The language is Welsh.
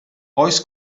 oes